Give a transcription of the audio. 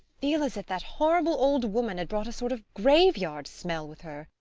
feel as if that horrible old woman had brought a sort of graveyard smell with her.